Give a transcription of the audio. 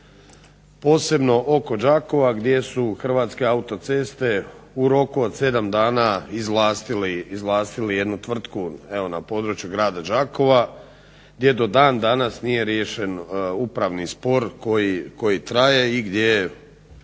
posebno oko Đakova gdje su Hrvatske autoceste u roku od 7 dana izvlastili jednu tvrtku evo na području grada Đakova gdje do dan danas nije riješen upravni spor koji traje i gdje